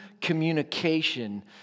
communication